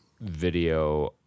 video